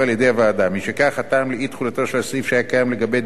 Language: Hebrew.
הטעם לאי-תחולתו של הסעיף שהיה קיים לגבי בית-הדין לתעבורה לא מתקיים.